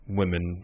women